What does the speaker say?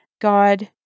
God